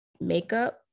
makeup